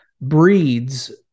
breeds